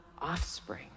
offspring